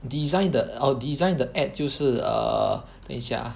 design the orh design the app 就是 err 等一下 ah